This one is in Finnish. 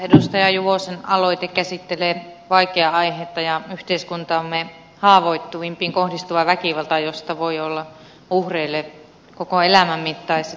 edustaja juvosen aloite käsittelee vaikeaa aihetta ja yhteiskuntamme haavoittuvimpiin kohdistuvaa väkivaltaa josta voi olla uhreille koko elämän mittaiset seuraukset